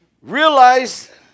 realize